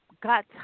got